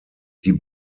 die